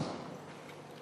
וערבים.